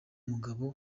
mugore